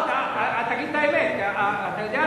תגיד את האמת, אתה יודע למה.